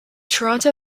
toronto